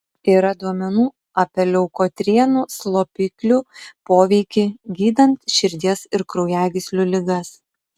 yra duomenų apie leukotrienų slopiklių poveikį gydant širdies ir kraujagyslių ligas